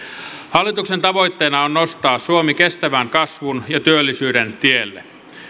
hallituksen tavoitteena on nostaa suomi kestävän kasvun ja työllisyyden tielle